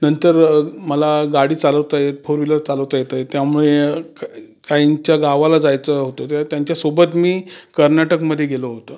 नंतर मला गाडी चालवता येते फोर व्हीलर चालवता येते त्यामुळे काही काहींच्या गावाला जायचं होतं तर त्यांच्यासोबत मी कर्नाटकमध्ये गेलो होतो